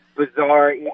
bizarre